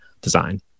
design